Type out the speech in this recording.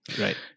right